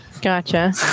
Gotcha